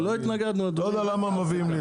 לא יודע למה מביאים לי את זה.